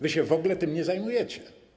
Wy się w ogóle tym nie zajmujecie.